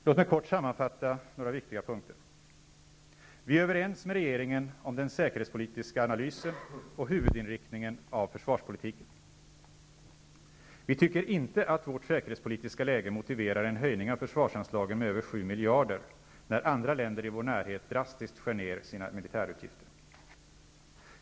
Låt mig kort sammanfatta några viktiga punkter: -- Vi är överens med regeringen om den säkerhetspolitiska analysen och huvudinriktningen av försvarspolitiken. -- Vi tycker inte att vårt säkerhetspolitiska läge motiverar en höjning av försvarsanslagen med över 7 miljarder, när andra länder i vår närhet drastiskt skär ned sina militärutgifter.